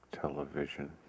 television